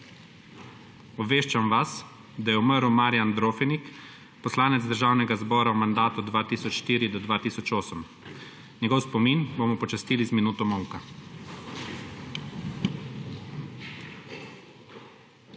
Obveščam vas, da je umrl Marjan Drofenik, poslanec Državnega zbora v mandatu 2004-2008. Njegov spomin bomo počastili z minuto molka.